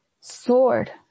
Sword